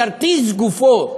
הכרטיס גופו,